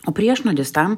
o priešnuodis tam